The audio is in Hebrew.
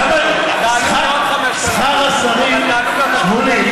למה, תעלו בעוד 5,000, אבל תעלו גם לגמלאים.